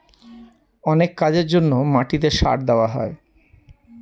অনেক কাজের জন্য মাটিতে সার দেওয়া হয়